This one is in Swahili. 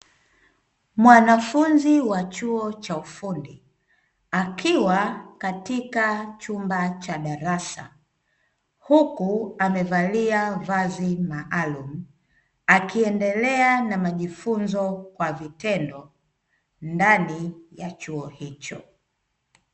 Mwanafunzi wa chuo cha ufundi, akiwa katika chumba cha darasa, huku amevalia vazi maalumu, akiendelea na majifunzo kwa vitendo ndani ya chuo hicho.